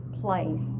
place